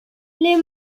les